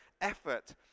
Effort